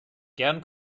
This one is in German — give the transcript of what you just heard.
gern